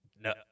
No